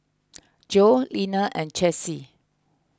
Joe Leaner and Chessie